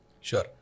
Sure